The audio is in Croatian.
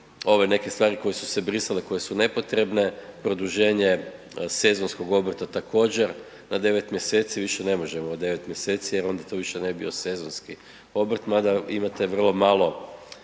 ove neke stvari koje su se brisale, koje su nepotrebne, produženje sezonskog obrta također na 9 mjeseci, više ne možemo od 9 mjeseci jer onda to više ne bi bio sezonski obrt, mada imate vrlo malo